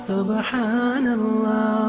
Subhanallah